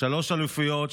שלוש אליפויות,